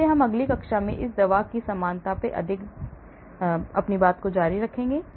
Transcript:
इसलिए हम अगली कक्षा में भी इस दवा समानता पर अधिक जारी रखेंगे